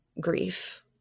grief